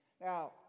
Now